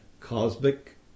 cosmic